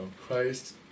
Christ